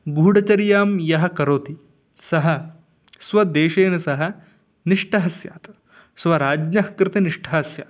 गूढचर्यां यः करोति सः स्वदेशेन सह निष्ठः स्यात् स्वराज्ञः कृते निष्ठः स्यात्